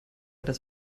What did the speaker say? das